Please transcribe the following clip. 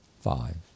Five